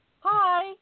Hi